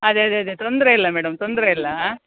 ಅದೇ ಅದೇ ಅದೇ ತೊಂದರೆಯಿಲ್ಲ ಮೇಡಮ್ ತೊಂದರೆಯಿಲ್ಲ